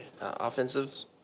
offensives